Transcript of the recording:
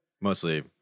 mostly